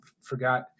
forgot